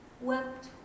wept